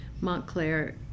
Montclair